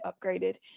upgraded